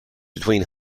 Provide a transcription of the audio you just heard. between